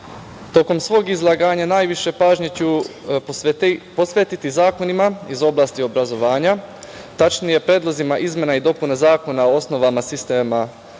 svog izlaganja najviše pažnje ću posvetiti zakonima iz oblasti obrazovanja, tačnije predlozima izmena i dopuna zakona o osnovama sistema obrazovanja